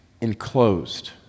enclosed